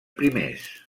primers